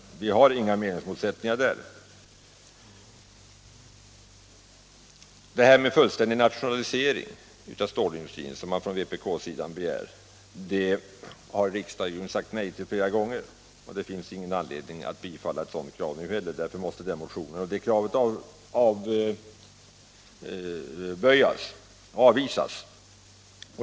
Det finns således inga meningsmotsättningar därvidlag. En fullständig nationalisering av stålindustrin, som vpk-sidan begär, har riksdagen tidigare sagt nej till flera gånger. Det finns därför ingen anledning att bifalla det kravet nu heller, utan den motionen måste avvisas.